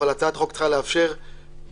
אבל הצעת החוק צריכה לאפשר לממשלה,